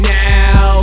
now